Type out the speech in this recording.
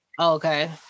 okay